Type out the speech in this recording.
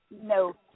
no